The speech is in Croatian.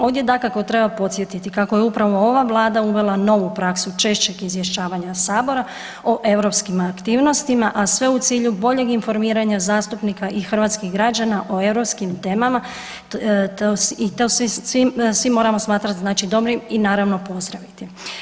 Ovdje dakako treba podsjetiti kako je upravo ova Vlada uvela novu praksu češćeg izvještavanja Sabora o europskim aktivnostima a sve u cilju boljeg informiranja zastupnika i hrvatskih građana o europskim temama i to svi moramo smatrati dobrim i naravno, pozdraviti.